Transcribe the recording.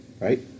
right